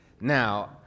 Now